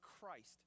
Christ